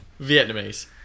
Vietnamese